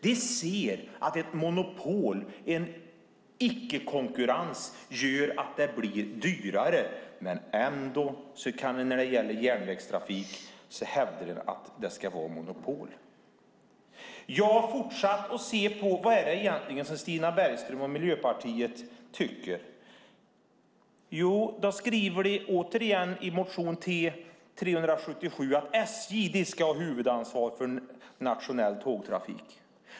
De ser att ett monopol, en icke-konkurrens, gör att det blir dyrare. Ändå hävdar de när det gäller järnvägstrafik att det ska vara monopol. Jag har fortsatt att titta på vad det egentligen är Stina Bergström och Miljöpartiet tycker. De skriver, återigen i motion 2010/11:T377, att SJ ska ha huvudansvaret för nationell tågtrafik.